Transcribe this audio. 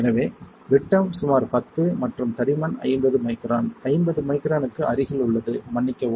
எனவே விட்டம் சுமார் 10 மற்றும் தடிமன் 50 மைக்ரான் 50 மைக்ரானுக்கு அருகில் உள்ளது மன்னிக்கவும்